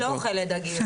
אני לא אוכלת דגים.